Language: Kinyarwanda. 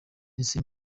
ese